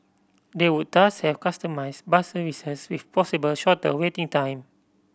they would thus have customised bus services with possible shorter waiting time